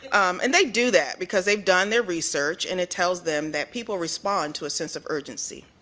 and they do that because they have done their research and it tells them that people respond to a sense of urgency.